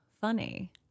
Funny